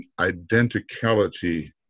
identicality